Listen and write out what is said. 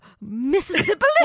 mississippi